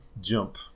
Jump